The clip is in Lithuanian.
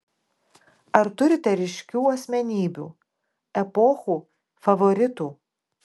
ar turite ryškių asmenybių epochų favoritų